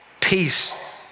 Peace